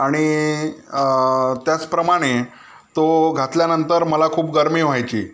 आणि त्याचप्रमाणे तो घातल्यानंतर मला खूप गरमी व्हायची